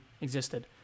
existed